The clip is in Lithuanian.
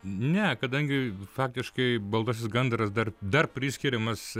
ne kadangi faktiškai baltasis gandras dar dar priskiriamas